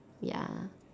ya